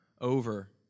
over